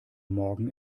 morgen